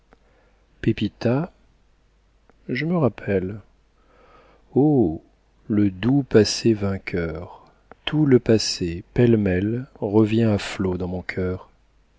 pepita je me rappelle oh le doux passé vainqueur tout le passé pêle-mêle revient à flots dans mon cœur